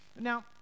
Now